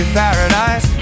paradise